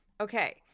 Okay